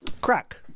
Crack